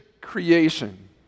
creation